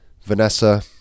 Vanessa